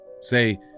Say